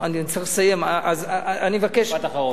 אני צריך לסיים, משפט אחרון.